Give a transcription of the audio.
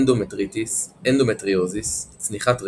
אנדומטריטיס, אנדומטריוזיס, צניחת רחם,